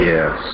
Yes